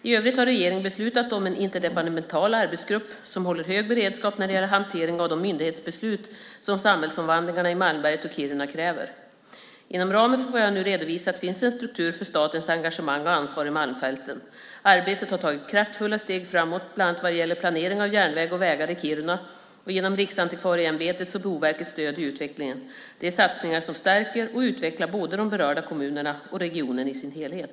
I övrigt har regeringen beslutat om en interdepartemental arbetsgrupp som håller hög beredskap när det gäller hantering av de myndighetsbeslut som samhällsomvandlingarna i Malmberget och Kiruna kräver. Inom ramen för vad jag nu redovisat finns en struktur för statens engagemang och ansvar i Malmfälten. Arbetet har tagit kraftfulla steg framåt bland annat vad gäller planering av järnväg och vägar i Kiruna och genom Riksantikvarieämbetets och Boverkets stöd i utvecklingen. Det är satsningar som stärker och utvecklar både de berörda kommunerna och regionen i dess helhet.